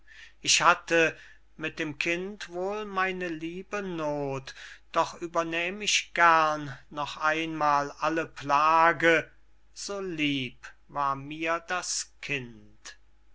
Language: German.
ich hatte mit dem kind wohl meine liebe noth doch übernähm ich gern noch einmal alle plage so lieb war mir das kind